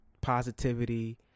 positivity